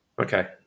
Okay